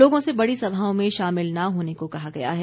लोगों से बड़ी सभाओं में शामिल न होने को कहा गया है